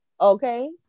Okay